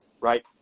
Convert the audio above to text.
Right